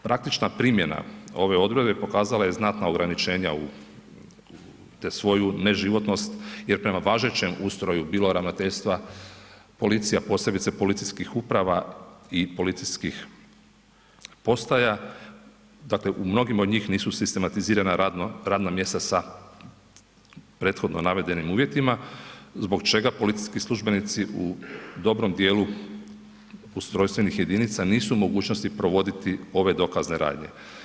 Praktična primjena ove odredbe pokazala je znatna ograničenja te svoju neživotnost jer prema važećem ustroju bilo ravnateljstva policija posebice policijskih uprava i policijskih postaja dakle u mnogim od njih nisu sistematizirana radna mjesta sa prethodno navedenim uvjetima zbog čega policijski službenici u dobrom dijelu ustrojstvenih jedinica nisu u mogućnosti provoditi ove dokazne radnje.